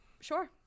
sure